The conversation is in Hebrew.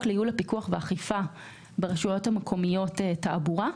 לייעול הפיקוח באכיפה ברשויות המקומיות (תעבורה),